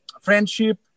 friendship